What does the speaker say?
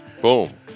Boom